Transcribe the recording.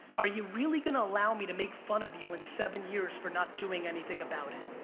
are you really gonna allow me to make fun of you in seven years for not doing anything about it?